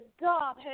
God